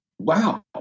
Wow